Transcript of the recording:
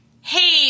Hey